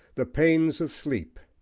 the pains of sleep,